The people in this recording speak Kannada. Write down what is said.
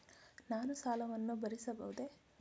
ನಾನು ಸಾಲವನ್ನು ಭರಿಸಬಹುದೇ?